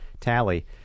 tally